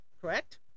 correct